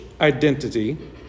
identity